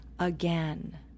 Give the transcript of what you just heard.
again